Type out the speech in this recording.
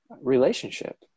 relationship